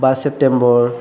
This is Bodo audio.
बा सेप्तेम्बर